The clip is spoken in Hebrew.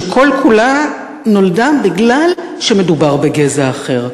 שכל-כולה נולדה משום שמדובר בגזע אחר.